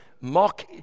mock